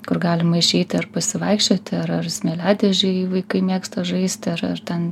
kur galima išeiti ar pasivaikščioti ar ar smėliadėžėj vaikai mėgsta žaisti ar ar ten